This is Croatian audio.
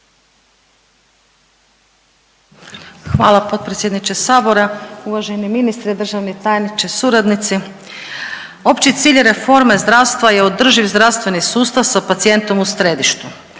Hvala potpredsjedniče sabora, uvaženi ministre, državni tajniče, suradnici. Opći cilj reforme zdravstva je održiv zdravstveni sustav sa pacijentom u središtu,